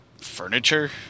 furniture